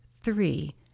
three